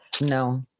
No